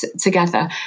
together